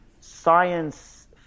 science